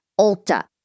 Ulta